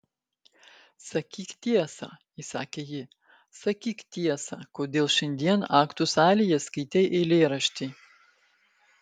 sakyk tiesą įsakė ji sakyk tiesą kodėl šiandien aktų salėje skaitei eilėraštį